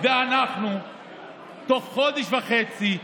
ואנחנו תוך חודש וחצי,